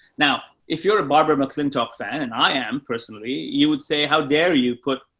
now, if you're a barbara mcclintock fan, and i am personally you would say, how dare you put,